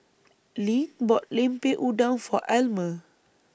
LINK bought Lemper Udang For Elmer